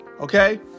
Okay